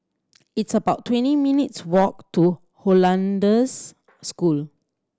it's about twenty minutes' walk to Hollandse School